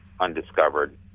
undiscovered